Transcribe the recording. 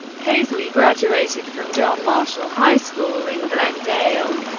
paisley graduated from john marshall high school in glen dale,